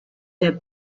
der